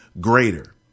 greater